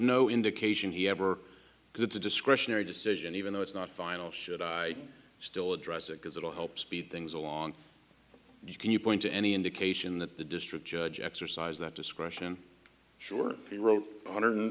no indication he ever gets a discretionary decision even though it's not final should i still address it because it will help speed things along you can you point to any indication that the district judge exercise that discretion sure he wrote one hundred